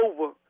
over